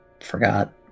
forgot